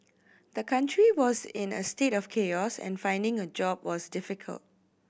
the country was in a state of chaos and finding a job was difficult